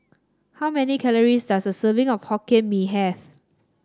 how many calories does a serving of Hokkien Mee have